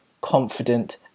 confident